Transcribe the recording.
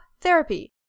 Therapy